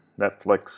Netflix